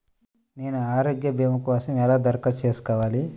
నేను ఆరోగ్య భీమా కోసం ఎలా దరఖాస్తు చేసుకోవాలి?